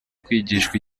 kwigishwa